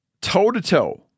toe-to-toe